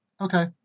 Okay